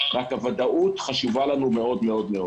רק הוודאות חשובה לנו מאוד מאוד.